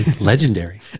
Legendary